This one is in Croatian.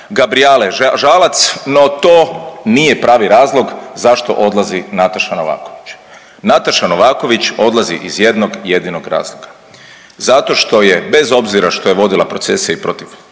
Gabijele Žalac, no to nije pravi razlog zašto odlazi Nataša Novaković. Nataša Novaković odlazi iz jednog jedinog razloga zato što je, bez obzira što je vodila procese i protiv